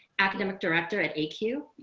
academic director at acue.